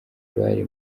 bari